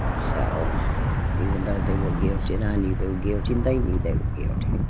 so even though they were guilty and i knew they were guilty. and they knew they were guilty